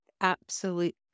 absolute